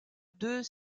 deux